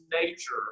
nature